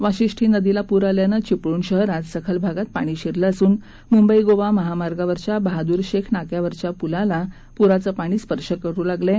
वाशिष्टी नदीला पूर आल्यानं चिपळूण शहरात सखल भागात पाणी शिरलं असून मुंबई गोवा महामार्गावरच्या बहादूर शेख नाक्यावरील पुलाला पुराचं पाणी स्पर्श करू लागलं आहे